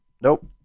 Nope